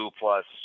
plus